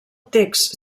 text